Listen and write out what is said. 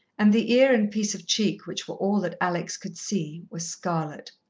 and the ear and piece of cheek which were all that alex could see, were scarlet.